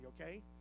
okay